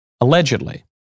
allegedly